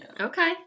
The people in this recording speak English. Okay